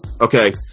Okay